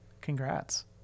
Congrats